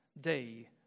day